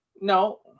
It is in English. No